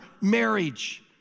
marriage